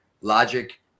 logic